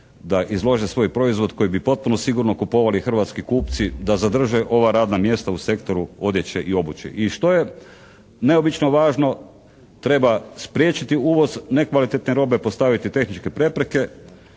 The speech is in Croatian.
da izlože svoj proizvod koji bi potpuno sigurno kupovali hrvatski kupci, da zadrže ova radna mjesta u sektoru odjeće i obuće. I što je neobično važno treba spriječiti uvoz nekvalitetne robe, postaviti tehničke prepreke,